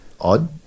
Odd